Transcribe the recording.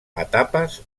etapes